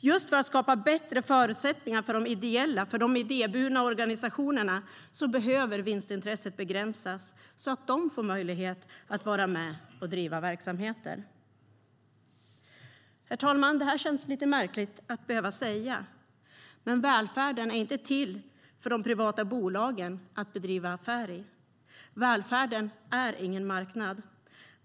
Just för att skapa bättre förutsättningar för de ideella och de idéburna organisationerna behöver vinstintresset begränsas så att de får möjlighet att vara med och driva verksamheter. Herr talman! Det här känns lite märkligt att behöva säga, men välfärden är inte till för de privata bolagen att bedriva affärer i. Välfärden är ingen marknad.